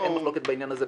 אין מחלוקת בעניין הזה,